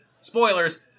Spoilers